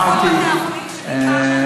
קטסטרופה.